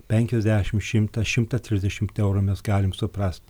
penkiasdešim šitmas šimtą trisdešimt eurų mes galim suprast